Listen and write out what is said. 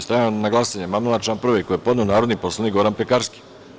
Stavljam na glasanje amandman na član 2. koji je podneo narodni poslanik Goran Pekarski.